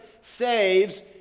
saves